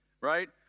right